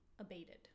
abated